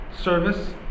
service